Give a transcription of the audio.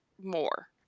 more